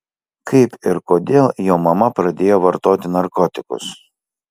kaip ir kodėl jo mama pradėjo vartoti narkotikus